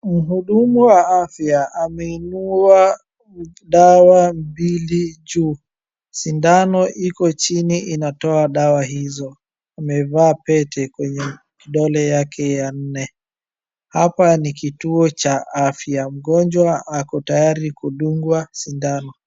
Mhudumu wa afya ameinua dawa mbili juu. Sindano iko chini inatoa dawa hizo. Amevaa pete kwenye kidole yake ya nne. Hapa ni kituo cha afya, mgonjwa ako tayari kudungwa sindano.